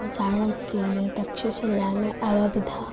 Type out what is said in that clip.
ચાણક્ય ને તક્ષશિલા ને આવા બધા